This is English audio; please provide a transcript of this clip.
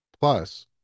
Plus